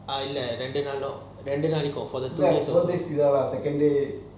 ya இல்ல ரெண்டு நாளைக்கும் ரெண்டு நாளைக்கும்:illa rendu naalaikum rendu naalaikum for the two days also